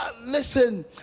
listen